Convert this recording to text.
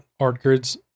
Artgrid's